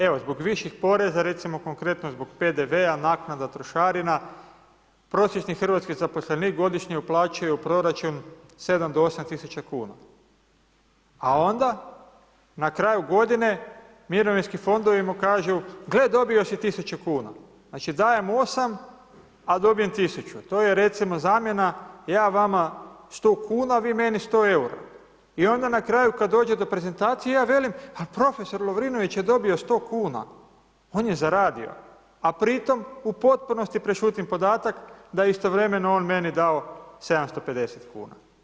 Evo zbog viših porezan recimo konkretno zbog PDV-a naknada, trošarina prosječni hrvatski zaposlenik godišnje uplaćuje u proračun 7 do 8 tisuća kuna, a onda na kraju godine mirovinski fondovi mu kažu gle dobio si tisuću kuna. znači dajem osam, a dobijem tisuću, to je recimo zamjena ja vama 100 kuna vi meni 100 eura i onda kada na kraju dođe do prezentacije, ja velim al profesor Lovrinović je dobio 100 kuna, on je zaradi, a pri tom u potpunosti prešutim podatak da je istovremeno on meni dao 750 kuna.